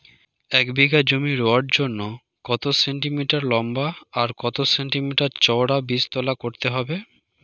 এক বিঘা জমি রোয়ার জন্য কত সেন্টিমিটার লম্বা আর কত সেন্টিমিটার চওড়া বীজতলা করতে হবে?